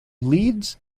leads